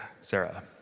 Sarah